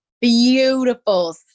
beautiful